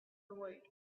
away